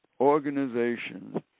organizations